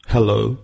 Hello